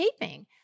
taping